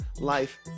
life